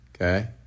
Okay